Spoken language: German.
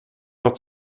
noch